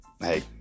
hey